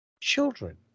Children